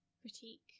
Critique